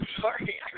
sorry